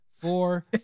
four